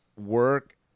work